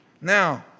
now